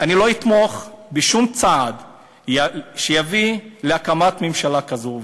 אני לא אתמוך בשום צעד שיביא להקמת ממשלה כזו.